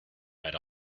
had